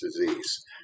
disease